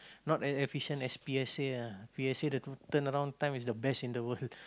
not as efficient as P_S_A ah P_S_A the to turnaround time is the best in the world